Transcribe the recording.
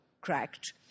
cracked